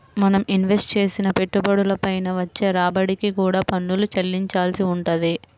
మనం ఇన్వెస్ట్ చేసిన పెట్టుబడుల పైన వచ్చే రాబడికి కూడా పన్నులు చెల్లించాల్సి వుంటది